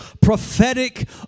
prophetic